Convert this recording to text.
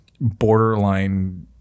borderline